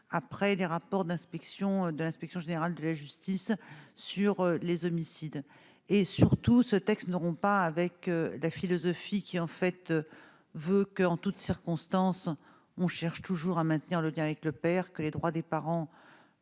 après les rapports d'inspection de l'inspection générale de la justice sur les homicides et surtout, ce texte ne rompt pas avec la philosophie, qui en fait voeu que en toutes circonstances, on cherche toujours à maintenir le lien avec le père que les droits des parents,